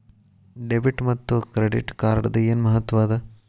Debit ಮತ್ತ credit ಕಾರ್ಡದ್ ಏನ್ ಮಹತ್ವ ಅದ?